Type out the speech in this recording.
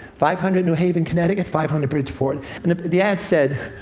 five hundred new haven, connecticut, five hundred bridgeport. and the ad said,